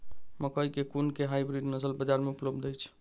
मकई केँ कुन केँ हाइब्रिड नस्ल बजार मे उपलब्ध अछि?